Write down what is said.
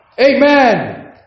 amen